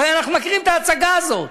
הרי אנחנו מכירים את ההצגה הזאת,